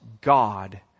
God